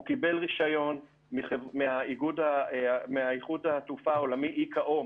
הוא קיבל רישיון מאיחוד התעופה העולמי ICAO,